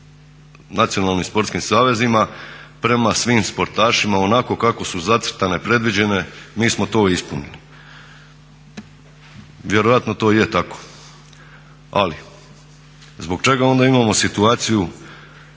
prema svim sportašima onako kako su zacrtane i predviđene, mi smo to ispunili. Vjerojatno to je tako, ali, zbog čega onda imamo situaciju